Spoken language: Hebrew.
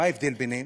מה ההבדל ביניהם?